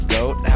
Goat